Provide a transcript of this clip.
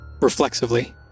reflexively